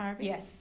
Yes